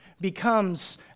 becomes